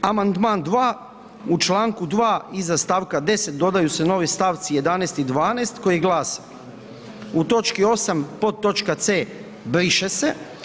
Amandman 2. u Članku 2. iza stavka 10. dodaju se novi stavci 11. i 12. koji glase: „U točki 8. podtočka c briše se.